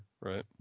right